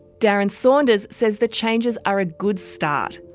darren saunders says the changes are a good start,